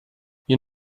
you